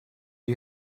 you